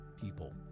people